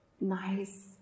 Nice